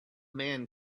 man